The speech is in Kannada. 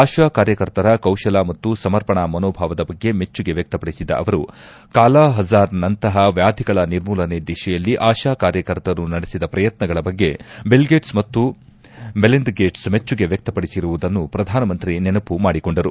ಆಶಾ ಕಾರ್ಯಕರ್ತರ ಕೌಶಲ ಮತ್ತು ಸಮರ್ಪಣಾ ಮನೋಭಾವದ ಬಗ್ಗೆ ಮೆಚ್ಚುಗೆ ವಕ್ಷಪಡಿಸಿದ ಅವರು ಕಾಲಾ ಹಜಾರ್ ನಂತಹ ವ್ಯಾಧಿಗಳ ನಿರ್ಮೂಲನೆ ದಿಶೆಯಲ್ಲಿ ಆಶಾ ಕಾರ್ಯಕರ್ತರು ನಡೆಸಿದ ಶ್ರಯತ್ನಗಳ ಬಗ್ಗೆ ಬಿಲ್ಗೇಟ್ಸ್ ಮತ್ತು ಮೆಲಿಂದಗೇಟ್ಸ್ ಮೆಚ್ಚುಗೆ ವ್ಯಕ್ಷಪಡಿಸಿರುವುದನ್ನು ಪ್ರಧಾನ ಮಂತ್ರಿ ನೆನಪು ಮಾಡಿಕೊಂಡರು